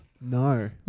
No